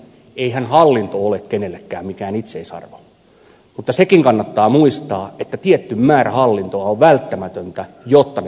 eihän hallinto ole kenellekään mikään itseisarvo mutta sekin kannattaa muistaa että tietty määrä hallintoa on välttämätöntä jotta ne palvelut toimivat